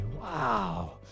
Wow